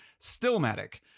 Stillmatic